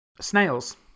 Snails